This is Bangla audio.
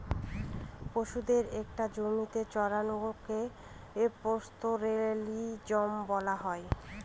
পশুদের একটা জমিতে চড়ানোকে পাস্তোরেলিজম বলা হয়